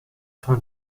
fin